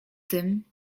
tym